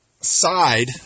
side